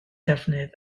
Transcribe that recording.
defnydd